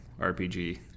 RPG